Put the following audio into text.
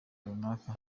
runaka